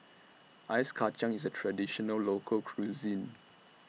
Ice Kacang IS A Traditional Local Cuisine